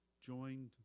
joined